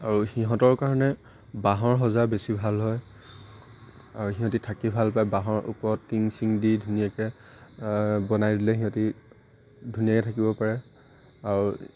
আৰু সিহঁতৰ কাৰণে বাঁহৰ সজা বেছি ভাল হয় আৰু সিহঁতি থাকি ভাল পায় বাঁহৰ ওপৰত টিং চিং দি ধুনীয়াকৈ বনাই দিলে সিহঁতি ধুনীয়াকৈ থাকিব পাৰে আৰু